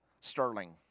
Sterling